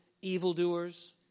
evildoers